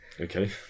Okay